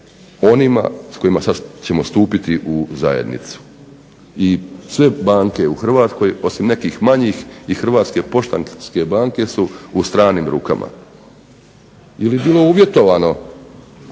onima s kojima sad ćemo stupiti u zajednicu. I sve banke u Hrvatskoj osim nekih manjih i Hrvatske poštanske banke su u stranim rukama. Je li bilo uvjetovano,